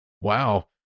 wow